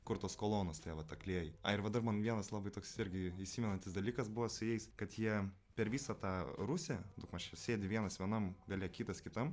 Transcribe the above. kur tos kolonos tie vat atkaklieji ai ir dar man vienas labai toks irgi įsimenantis dalykas buvo su jais kad jie per visą tą rūsį daugmaž sėdi vienas vienam gale kitas kitam